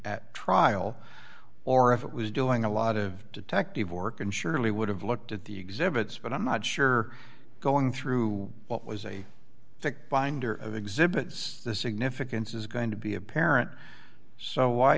at trial or if it was doing a lot of detective work and surely would have looked at the exhibits but i'm not sure going through what was a thick binder of exhibits the significance is going to be apparent so why